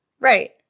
Right